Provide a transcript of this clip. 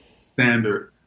standard